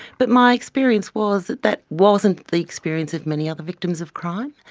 but my experience was that that wasn't the experience of many other victims of crime,